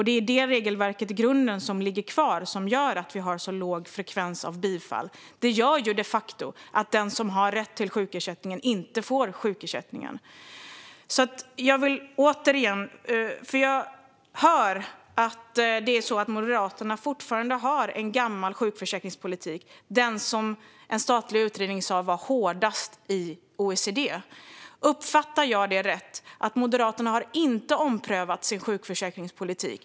Det är det regelverket som ligger kvar i botten och gör att vi har så låg frekvens av bifall. Det gör de facto att den som har rätt till sjukersättning inte får sjukersättning. Jag hör att Moderaterna fortfarande har en gammal sjukförsäkringspolitik - den som en statlig utredning sa var hårdast i OECD. Uppfattar jag det rätt att Moderaterna inte har omprövat sin sjukförsäkringspolitik?